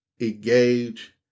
engage